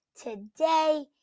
Today